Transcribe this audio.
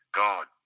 god